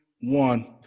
one